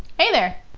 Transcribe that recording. hey there!